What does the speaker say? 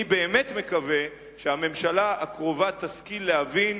אני באמת מקווה שהממשלה הקרובה תשכיל להבין,